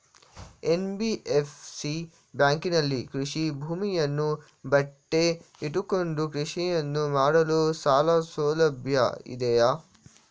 NBFC ಬ್ಯಾಂಕಿನಲ್ಲಿ ಕೃಷಿ ಭೂಮಿಯನ್ನು ಒತ್ತೆ ಇಟ್ಟುಕೊಂಡು ಕೃಷಿಯನ್ನು ಮಾಡಲು ಸಾಲಸೌಲಭ್ಯ ಇದೆಯಾ?